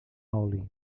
oli